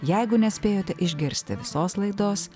jeigu nespėjote išgirsti visos laidos